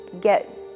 get